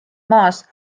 maas